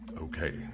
Okay